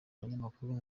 abanyamakuru